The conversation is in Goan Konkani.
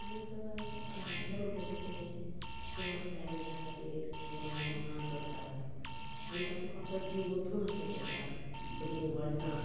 आनीक घरांतलें म्हणटकीर कितें जें आपल्या मनशां खातीर जें मागीर मोगान करतात आनी तातूंत आपलो जीव ओतून अशें करतात बरी निवळसाण